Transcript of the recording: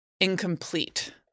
incomplete